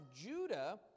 Judah